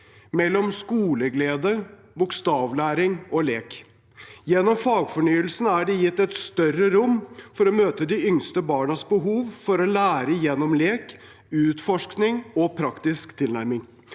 mellom skoleglede, bokstavlæring og lek. Gjennom fagfornyelsen er det gitt et større rom for å møte de yngste barnas behov for å lære gjennom lek, utforskning og praktisk tilnærming.